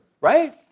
right